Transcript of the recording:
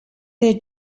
their